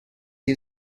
you